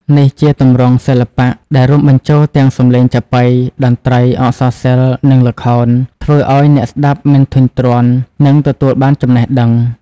នេះជាទម្រង់សិល្បៈដែលរួមបញ្ចូលទាំង សំឡេងចាបុី តន្ត្រី អក្សរសិល្ប៍ និងល្ខោន ធ្វើឱ្យអ្នកស្តាប់មិនធុញទ្រាន់ និងទទួលបានចំណេះដឹង។